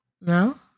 no